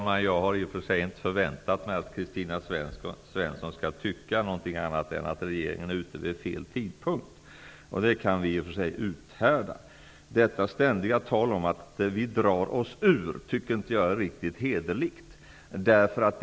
Herr talman! Jag har inte förväntat mig att Kristina Svensson skall tycka något annat än att regeringen är ute vid fel tidpunkt. Det kan vi uthärda. Jag tycker inte att det ständiga talet om att vi drar oss ut ur detta är riktigt hederligt.